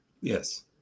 yes